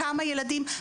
כמה ילדים,